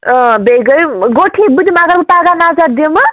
بیٚیہِ گٔیہِ گوٚو ٹھیٖک بہٕ دِمہٕ اگر بہٕ پگاہ نظر دِمہٕ